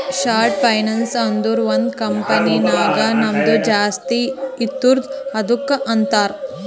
short finance ಅಂದುರ್ ಒಂದ್ company ನಾಗ್ ನಮ್ದು ಆಸ್ತಿ ಇರ್ತುದ್ ಅದುಕ್ಕ ಅಂತಾರ್